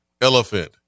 elephant